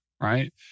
right